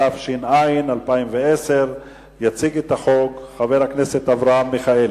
התש"ע 2010. יציג את החוק חבר הכנסת אברהם מיכאלי.